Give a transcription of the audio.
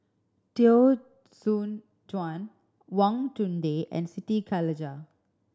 Teo Soon Chuan Wang Chunde and Siti Khalijah